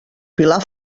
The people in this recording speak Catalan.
pilar